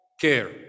care